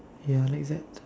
ya like that